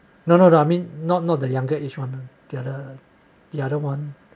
no no no I mean not not the younger age one ah the other the other one